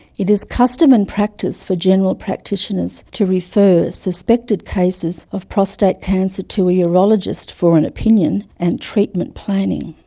it is custom and practice for general practitioners to refer suspected cases of prostate cancer to a urologist for an opinion, and treatment planning.